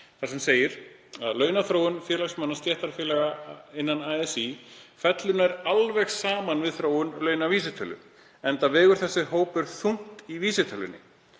Þar segir: „launaþróun félagsmanna stéttarfélaga innan ASÍ fellur nær alveg saman við þróun launavísitölu, enda vegur þessi hópur þungt í vísitölunni“.